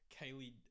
Kylie